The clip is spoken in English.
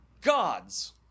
gods